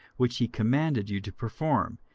which he commanded you to perform,